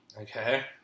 Okay